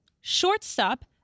shortstop